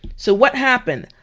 so what happened?